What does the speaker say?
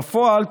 בפועל,